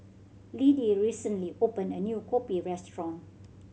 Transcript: Liddie recently opened a new kopi restaurant